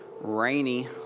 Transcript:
rainy